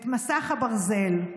את מסך הברזל.